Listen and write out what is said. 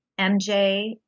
MJ